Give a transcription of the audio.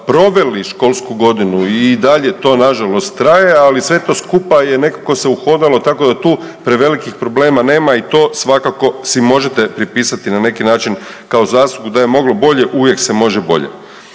proveli školsku godinu i dalje to nažalost traje, ali sve to skupa je nekako se uhodalo tako da tu prevelikih problema nema i to svakako si možete pripisati na neki način kao zaslugu da je moglo bolje uvijek se može bolje.